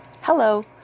Hello